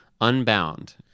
unbound